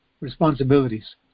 responsibilities